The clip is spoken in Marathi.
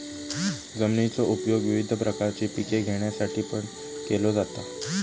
जमिनीचो उपयोग विविध प्रकारची पिके घेण्यासाठीपण केलो जाता